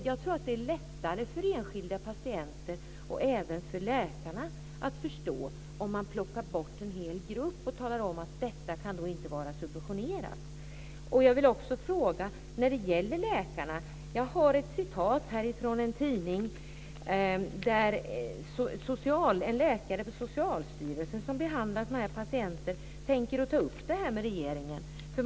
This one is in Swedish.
Jag tror att det är lättare för enskilda patienter och även för läkarna att förstå om man plockar bort en hel grupp läkemedel och talar om att den inte kan vara subventionerad. Jag har ett citat från en tidning där det står att en läkare på Socialstyrelsen som behandlar sådana här patienter tänker ta upp detta med regeringen.